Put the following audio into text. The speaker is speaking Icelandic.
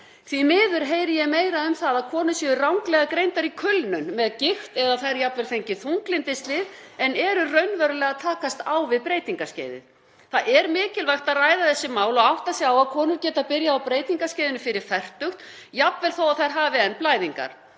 Því miður heyri ég meira um það að konur séu ranglega greindar með kulnun, með gigt eða þær jafnvel fengið þunglyndislyf en eru raunverulega að takast á við breytingaskeiðið. Það er mikilvægt að ræða þessi mál og átta sig á að konur geta byrjað á breytingaskeiðinu fyrir fertugt jafnvel þó að þær hafi enn blæðingar.